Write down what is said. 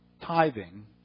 tithing